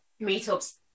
meetups